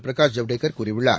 பிரகாஷ் ஜவடேகர் கூறியுள்ளார்